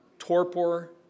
torpor